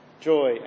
joy